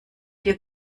dir